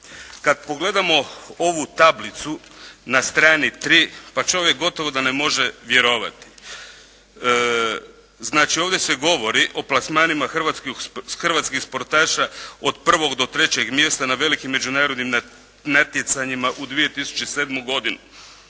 Kada pogledamo ovu tablicu na strani tri pa čovjek gotovo da ne može vjerovati. Znači, ovdje se govori o plasmanima hrvatskih sportaša od 1 do 3 mjesta na velikim međunarodnim natjecanjima u 2007. godini.